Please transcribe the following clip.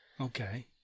Okay